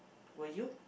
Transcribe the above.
will you